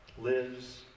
Lives